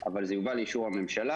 אבל זה יובא לאישור הממשלה.